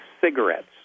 cigarettes